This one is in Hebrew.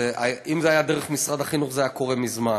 אם זה היה דרך משרד החינוך זה היה קורה מזמן.